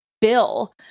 bill